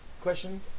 question